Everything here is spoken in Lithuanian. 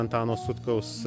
antano sutkaus